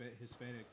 Hispanic